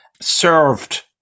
served